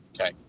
Okay